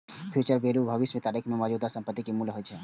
future value भविष्य के तारीख मे मौजूदा संपत्ति के मूल्य होइ छै